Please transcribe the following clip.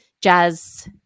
jazz